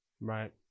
Right